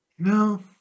No